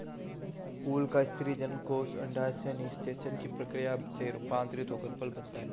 फूल का स्त्री जननकोष अंडाशय निषेचन की प्रक्रिया से रूपान्तरित होकर फल बनता है